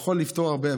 זה יכול לפתור הרבה.